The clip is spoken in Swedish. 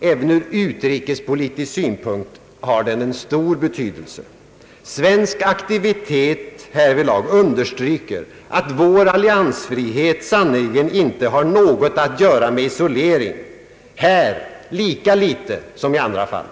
även ur utrikespolitisk synpunkt har den stor betydelse. Svensk aktivitet härvidlag understryker, att vår alliansfrihet sannerligen inte har något att göra med isolering, här lika litet som i andra fall.